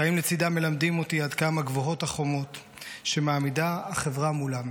החיים לצידה מלמדים אותי עד כמה גבוהות החומות שמעמידה החברה מולם.